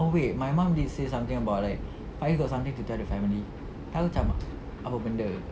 oh wait my mum did say something about like faiz got something to tell the family I macam apa benda